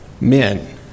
Men